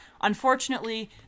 Unfortunately